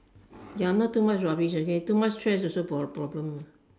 ya not too much rubbish okay too much trash also pro~ problem ah